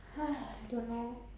don't know